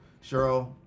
Cheryl